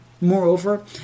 Moreover